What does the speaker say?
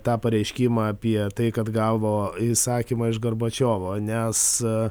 tą pareiškimą apie tai kad gavo įsakymą iš gorbačiovo nes